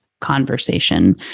conversation